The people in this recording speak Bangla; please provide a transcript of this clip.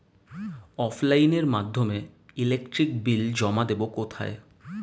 অফলাইনে এর মাধ্যমে ইলেকট্রিক বিল জমা দেবো কোথায়?